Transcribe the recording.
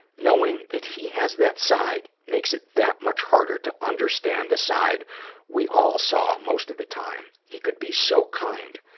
knowing that he has that side makes it that much harder to understand the side we all saw most of the time. he could be so kind,